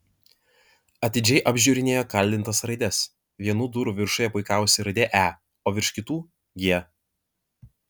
atidžiai apžiūrinėjo kaldintas raides vienų durų viršuje puikavosi raidė e o virš kitų g